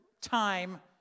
time